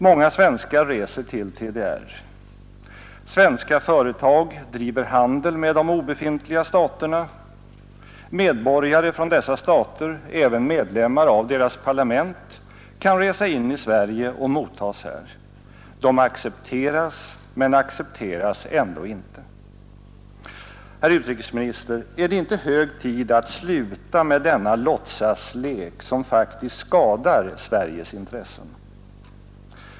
Många svenskar reser till TDR. Svenska företag driver handel med de obefintliga staterna. Medborgare från dessa stater, även medlem mar av deras parlament, kan resa in i Sverige och mottas här. De accepteras, men accepteras ändå inte. Herr utrikesminister! Är det inte hög tid att sluta med denna låtsaslek, som faktiskt skadar Sveriges intressen?